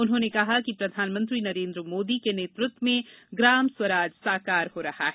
उन्होंने कहा कि प्रधानमंत्री नरेंद्र मोदी जी के नेतृत्व में ग्राम स्वराज साकार हो रहा है